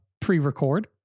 pre-record